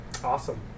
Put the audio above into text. Awesome